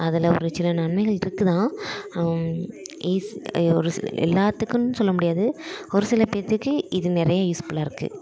அதில் ஒரு சில நன்மைகள் இருக்குதுதான் ஈச் ஒரு சில எல்லாத்துக்கும்னு சொல்லமுடியாது ஒரு சில பேருத்துக்கு இது நிறைய யூஸ்புல்லாக இருக்குது